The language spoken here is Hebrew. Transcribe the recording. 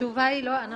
התשובה היא לא.